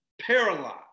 paralyzed